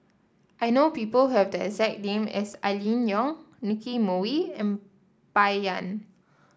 I know people have the exact name as Aline Wong Nicky Moey and Bai Yan